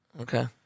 Okay